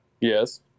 yes